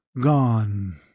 gone